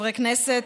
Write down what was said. חברי הכנסת,